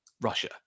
Russia